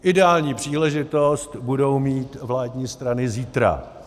Ideální příležitost budou mít vládní strany zítra.